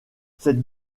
cette